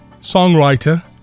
songwriter